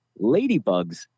Ladybugs